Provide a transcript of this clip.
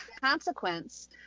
consequence